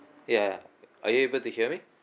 ya are you able to hear me